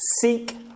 seek